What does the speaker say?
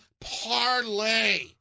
parlay